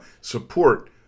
Support